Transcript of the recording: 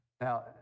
Now